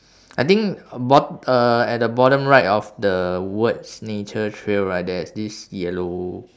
I think bot~ uh at the bottom right of the words nature trail right there's this yellow